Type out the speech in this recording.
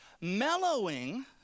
mellowing